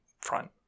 front